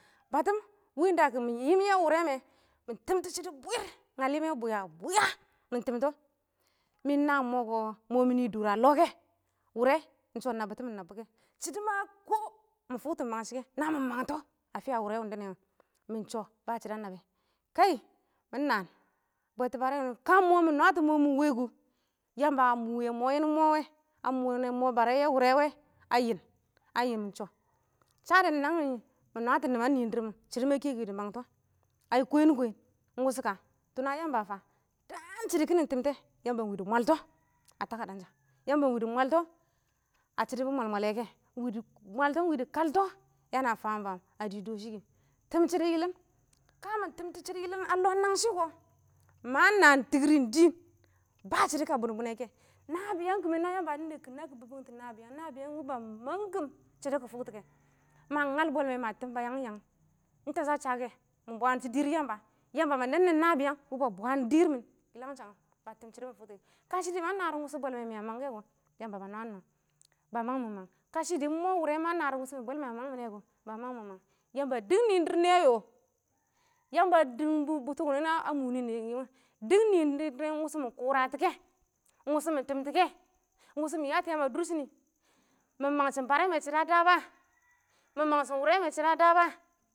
Batɪm wɪ ɪng da kɪ yɪm yɛ wʊrɛ mɛ, mɪ tɪmtɔ shɪdɔ bwɪr, ngalɪmɛ bwɪya bwɪya, mɪ tɪmtɔ, mɪ ɪng na mɔ kɔ, mɔ mɪ nɪ dʊr a lɔ kɛ. Wʊrɛ ɪng shɔ nabbɪtɪmɪm nabɔ wɛ kɛ, shɪdɔ ma kɔ mɪ fʊktɔ mangshɪ kɛ na mɪ mangtɔ a fɪya wʊrɛ wɪndɛ nɛ wɛ mɪ ɪng shɔ ba shɪdɔ a naba kɛ kaɪ mɪ naan bwɛtɔ barɛ wʊndɛ nɛ wɔ ka mɪ nwatɔ mɪ mɔ ɪng wɛ kʊ, yamba a mʊyɛ ɪng mɔ yɛnɪ mɔ wɛ, a mʊnɛ mɔ barɛ yɛ wʊrɛ wɛ a yɪn a yɪn ɪng shɔ shadɛ namɪ nwatɔ nɪman nɪɪn dɪrr mɪn shɪdɔ ma kɛ kɪ dɪ mangtɔ, aɪ kween kween, ɪng wʊshɔ ka tuna yamba fa a daan shɪdɔ kɪ nɪ tɪmtɛ yamba ɪng wɪ dɪ mwaltɔ a takadan sha, yamba ɪng wɪ dɪ mwaltɔ a shɪdo bɪ mwal mwalɛ kɛ ɪng wɪ dɪ kaltɔ yana faam faam a dɪ dɔ shɪ kɪ, tɪm shɪdɔ yɪlɪn ka mɪ tɪm tɔ shɪdɔ yɪlɪm a lɔ nangshɪ kɔ, ma naan tikir rɪ ɪng dɪɪn ba shɪdɔ ka bʊnbʊnɛ kɛ nabɪyang kɪmɛ na yamba dɪ nebkim kɪ bɪbangtʊ, nabɪyang, nabɪ yang wɪ ba mangkɪn shɪdɔ kɪ fʊktɔ kɛ, ma ngal bwɛlmɛ ma fʊ ba yangɪn yangɪm ɪng tɛshɔ a sha kɛ mɪ bwaantɔ dɪrr nɪbɔ, yamba ba nɛɛn nɪ nabɪyang wɪ bwaan dɪrr mɪn yɪlangshang ngɛ ba tɪm shɪdɔ mɪ fʊktɔ kɛ ma naar wʊshɔ bwɛlɪyɛ mɪ a mangtɛ kɔ ba mang mang kashɪ dɪ mɔ wʊrɛ ma naar wʊshɔ bwɛlmɛ a mang mɪ nɛ kɔ ba mang mmɪ nɛ mang yamba, dɪng nɪɪm dɪrr nɪyɛ yɔ, yamba dɪg bʊ bʊtɔ wʊnɪ a mʊnɪ, yɪnɪ wɛ dɪng nɪɪn dɪrr ɪng wʊshɔ mɪ kʊratɔ kɛ ɪng wʊshɔ mɪ tɪmtɔ kɛ ɪng wʊshɔ mɪ yatɔ yaan a dʊrshɪnɪ mɪ mangshɪn barɛ mɛ shɪdɔ a dabɔ a?, mɪ mangshɪn wʊrɛ shɪdɔ a daba?